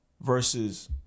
Versus